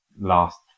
last